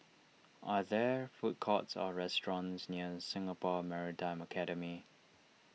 are there food courts or restaurants near Singapore Maritime Academy